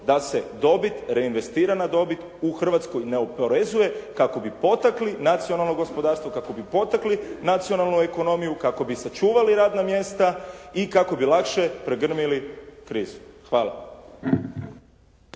dobit reinvestira na dobit u Hrvatskoj ne oporezuje kako bi potakli nacionalno gospodarstvo, kako bi potakli nacionalnu ekonomiju, kako bi sačuvali radna mjesta i kako bi lakše pregrmili krizu. Hvala.